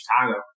Chicago